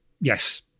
Yes